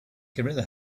gorilla